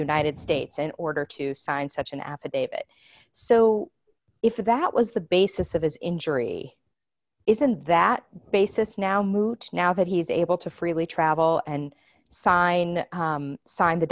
united states in order to sign such an affidavit so d if that was the basis of his injury isn't that basis now moot now that he's able to freely travel and sign sign the